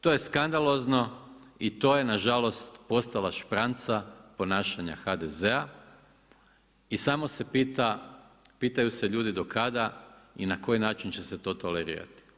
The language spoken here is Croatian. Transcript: To je skandalozno i to je nažalost postala špranca ponašanja HDZ-a i samo se pitaju ljudi do kada i na koji način će se to tolerirati.